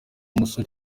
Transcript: umusore